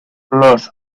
los